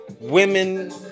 women